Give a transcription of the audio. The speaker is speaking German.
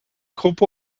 gruppe